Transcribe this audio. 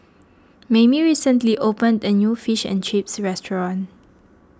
Mayme recently opened a new Fish and Chips restaurant